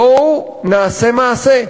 בואו נעשה מעשה,